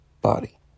body